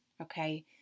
Okay